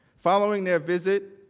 following their visit,